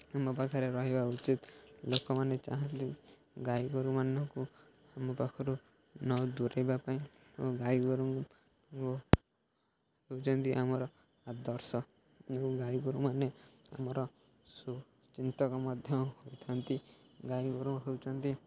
ଆମ ପାଖରେ ରହିବା ଉଚିତ୍ ଲୋକମାନେ ଚାହାଁନ୍ତି ଗାଈ ଗୋରୁମାନଙ୍କୁ ଆମ ପାଖରୁ ନ ଦୂରେଇବା ପାଇଁ ଗାଈ ଗୋରୁ ହେଉଛନ୍ତି ଆମର ଆଦର୍ଶ ଏବଂ ଗାଈ ଗୋରୁମାନେ ଆମର ସୁଚିନ୍ତକ ମଧ୍ୟ ହୋଇଥାନ୍ତି ଗାଈ ଗୋରୁ ହେଉଛନ୍ତି